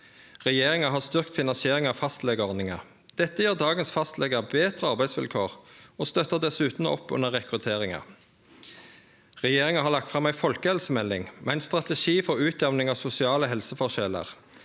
Regjeringa har styrkt finansieringa av fastlegeordninga. Dette gir dagens fastlegar betre arbeidsvilkår og støttar dessutan opp under rekrutteringa. Regjeringa har lagt fram ei folkehelsemelding, med ein strategi for utjamning av sosiale helseforskjellar.